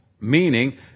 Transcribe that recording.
meaning